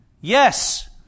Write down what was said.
Yes